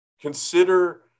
Consider